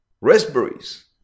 raspberries